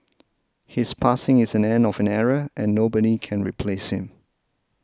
his passing is an end of an era and nobody can replace him